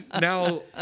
now